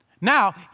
Now